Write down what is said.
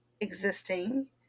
existing